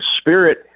spirit